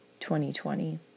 2020